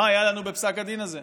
מה היה לנו בפסק הדין הזה?